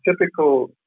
typical